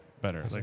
better